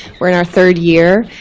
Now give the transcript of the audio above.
we're in our third year.